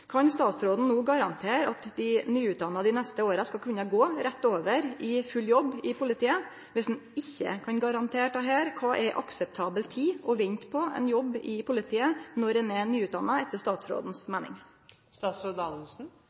Kan statsråden no garantere at dei nyutdanna dei neste åra skal kunne gå rett over i full jobb i politiet? Om han ikkje kan garantere dette, kva er etter statsråden si meining akseptabel tid å vente på ein jobb i politiet når ein er nyutdanna?